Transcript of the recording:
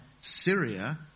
Syria